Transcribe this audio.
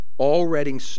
already